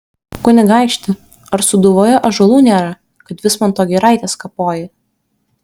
kunigaikšti ar sūduvoje ąžuolų nėra kad vismanto giraites kapoji